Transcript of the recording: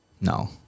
No